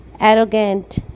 arrogant